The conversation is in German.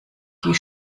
die